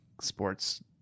sports